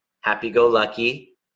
happy-go-lucky